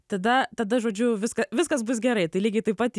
tada tada žodžiu viską viskas bus gerai tai lygiai taip pat